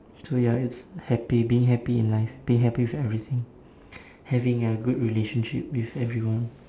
so ya it's happy being happy in life being happy with everything having a good relationship with everyone